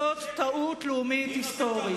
זאת טעות לאומית היסטורית.